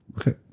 okay